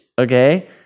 okay